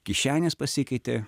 kišenės pasikeitė